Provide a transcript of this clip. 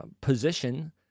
position